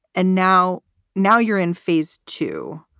and now now you're in phase two,